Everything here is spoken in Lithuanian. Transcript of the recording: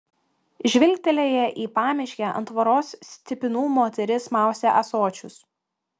žvilgtelėjo į pamiškę ant tvoros stipinų moteris maustė ąsočius